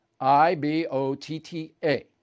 I-B-O-T-T-A